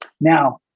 now